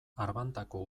arbantako